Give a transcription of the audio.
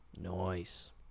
Nice